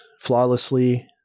flawlessly